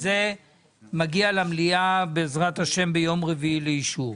וזה מגיע למליאה לאישור ביום רביעי, בעזרת השם.